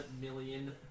million